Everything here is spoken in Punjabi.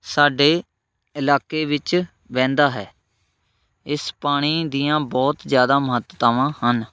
ਸਾਡੇ ਇਲਾਕੇ ਵਿੱਚ ਵਹਿੰਦਾ ਹੈ ਇਸ ਪਾਣੀ ਦੀਆਂ ਬਹੁਤ ਜ਼ਿਆਦਾ ਮਹੱਤਤਾਵਾਂ ਹਨ